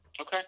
Okay